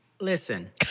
Listen